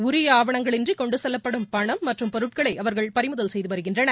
உரிய ஆவணங்கள் இன்றி கொண்டு செல்லப்படும் பணம் மற்றும் பொருட்களை அவர்கள் பறிமுதல் செய்து வருகின்றனர்